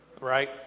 right